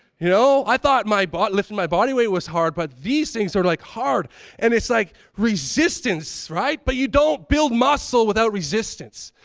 you know, i thought but lifting my body weight was hard but these things are like hard and it's like resistance, right, but you don't build muscle without resistance.